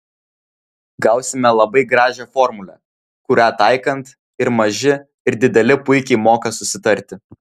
gausime labai gražią formulę kurią taikant ir maži ir dideli puikiai moka susitarti